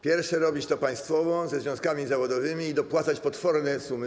Pierwsze: robić to państwowo, ze związkami zawodowymi i dopłacać do tego potworne sumy.